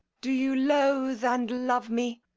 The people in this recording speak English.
do you loathe and love me?